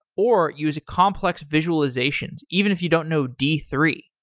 or use complex visualizations even if you don't know d three.